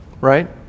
right